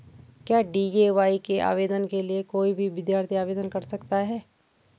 क्या डी.ए.वाय के आवेदन के लिए कोई भी विद्यार्थी आवेदन कर सकता है?